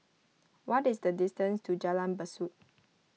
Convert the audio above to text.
what is the distance to Jalan Besut